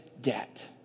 debt